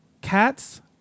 cats